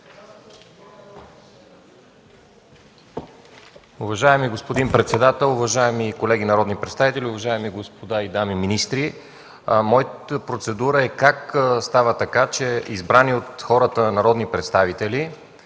Уважаеми господин председател, уважаеми колеги народни представители, уважаеми господа и дами министри! Моята процедура е следната. Как става така, че избрани от хората народни представители,